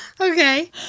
okay